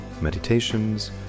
meditations